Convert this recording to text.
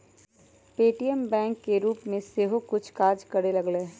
Paytm bank के रूप में सेहो कुछ काज करे लगलै ह